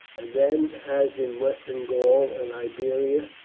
and then, as in western gaul and iberia,